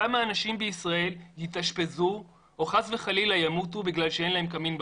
כמה אנשים בישראל יתאשפזו או חס וחלילה ימותו בגלל שאין להם קמין בבית?